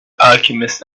alchemist